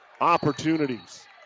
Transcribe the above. opportunities